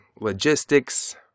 logistics